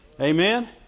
Amen